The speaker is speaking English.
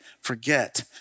forget